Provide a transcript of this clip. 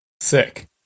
Sick